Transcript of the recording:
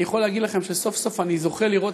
אני יכול להגיד לכם שסוף-סוף אני זוכה לראות